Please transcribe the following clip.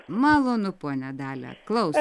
malonu ponia dalia klausom